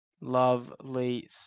Lovely